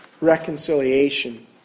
reconciliation